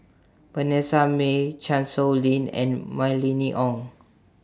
Vanessa Mae Chan Sow Lin and Mylene Ong